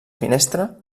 finestra